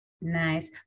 nice